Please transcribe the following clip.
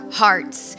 hearts